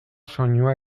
soinua